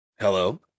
Hello